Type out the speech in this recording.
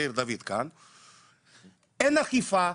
מאיר דויד כאן, אין אכיפה,